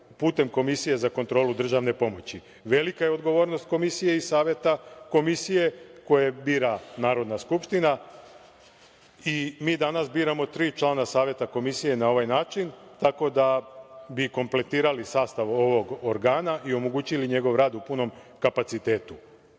putem Komisije za kontrolu državne pomoći. Velika je odgovornost Komisije i Savete komisije koje bira Narodna skupština. Mi danas biramo tri člana Saveta komisije na ovaj način, tako da bi kompletirali sastav ovog organa i omogućili njegov rad u punom kapacitetu. Poslanička